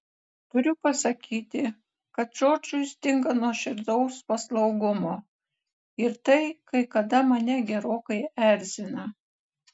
turiu pasakyti kad džordžui stinga nuoširdaus paslaugumo ir tai kai kada mane gerokai erzina